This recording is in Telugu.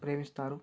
ప్రేమిస్తారు